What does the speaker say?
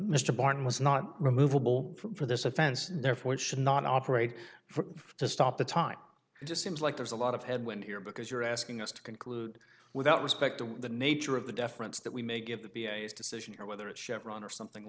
mr barton was not removable for this offense therefore it should not operate for to stop the time it just seems like there's a lot of headwind here because you're asking us to conclude without respect to the nature of the deference that we may give the b s decision or whether it's chevron or something